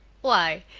why,